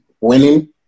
winning